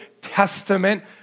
Testament